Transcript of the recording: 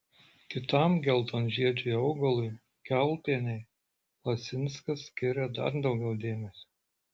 kitam geltonžiedžiui augalui kiaulpienei lasinskas skiria dar daugiau dėmesio